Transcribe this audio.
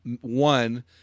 one